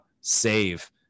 save